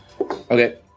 Okay